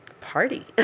party